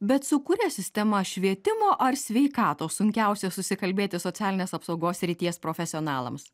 bet su kuria sistema švietimo ar sveikatos sunkiausia susikalbėti socialinės apsaugos srities profesionalams